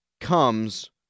comes